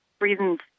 reasons